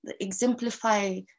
exemplify